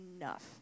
enough